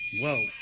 Whoa